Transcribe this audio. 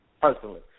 Personally